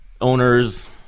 owners